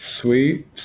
sweet